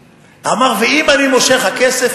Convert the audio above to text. אמר: ואם אני מושך הכסף?